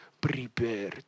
Prepare